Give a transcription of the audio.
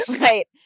Right